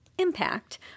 impact